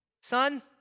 Son